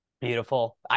Beautiful